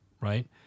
Right